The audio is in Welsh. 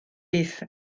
byth